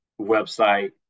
website